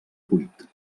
vuit